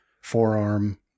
forearm